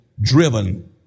driven